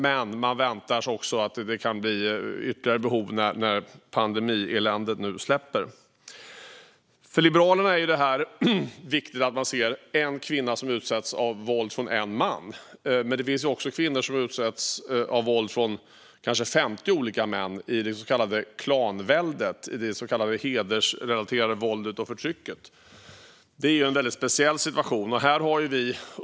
Men man väntar sig att det kan bli ytterligare behov när pandemieländet är över. För Liberalerna är det viktigt att man ser en kvinna som utsätts för våld från en man. Men det finns också kvinnor som utsätts för våld från kanske femtio olika män i det så kallade klanväldet, det så kallade hedersrelaterade våldet och förtrycket. Det är en väldigt speciell situation.